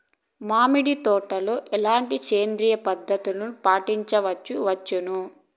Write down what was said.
మామిడి తోటలో ఎట్లాంటి సేంద్రియ పద్ధతులు పాటించవచ్చును వచ్చును?